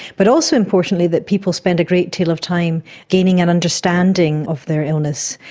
but also importantly that people spend a great deal of time gaining an understanding of their illness,